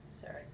Sorry